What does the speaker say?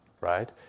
right